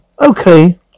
Okay